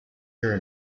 your